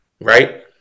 right